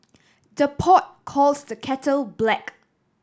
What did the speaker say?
the pot calls the kettle black